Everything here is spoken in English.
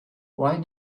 why